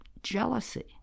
jealousy